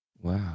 wow